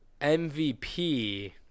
MVP